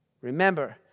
Remember